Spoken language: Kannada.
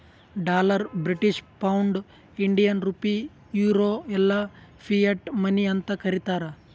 dollar, British pound, Indian rupee, euro ಎಲ್ಲಾ ಫಿಯಟ್ ಮನಿ ಅಂತ್ ಕರೀತಾರ